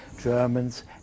Germans